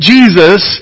Jesus